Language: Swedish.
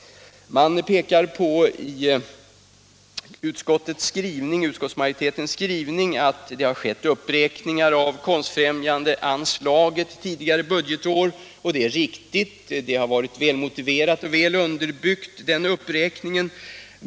I utskottsmajoritetens skrivning pekar man på att det tidigare budgetår har gjorts uppräkningar av anslaget till Konstfrämjandet, och detta är riktigt. Den uppräkningen har varit väl motiverad och väl underbyggd.